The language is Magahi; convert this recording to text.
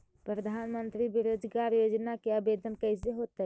प्रधानमंत्री बेरोजगार योजना के आवेदन कैसे होतै?